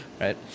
right